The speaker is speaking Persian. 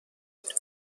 بود